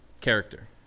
Character